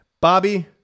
Bobby